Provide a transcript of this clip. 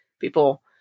people